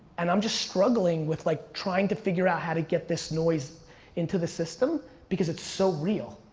and i'm just struggling with like, trying to figure out how to get this noise into the system because it's so real.